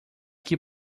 que